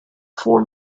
for